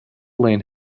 lane